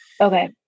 Okay